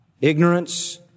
ignorance